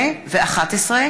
(8) ו-(11),